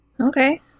Okay